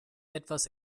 etwas